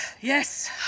Yes